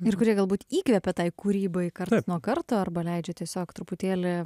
ir kurie galbūt įkvepia tai kūrybai karts nuo karto arba leidžia tiesiog truputėlį